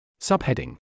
Subheading